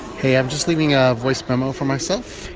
hey, i'm just leaving ah a voice memo for myself.